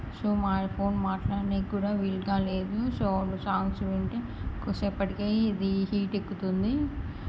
so మ phone మట్లాడడానికి కూడా వీలు కాలేదు సో సాంగ్స్ వింటే కొద్దిసేపటికే ఇది హీట్ ఎక్కుతుంది